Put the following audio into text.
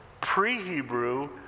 Pre-Hebrew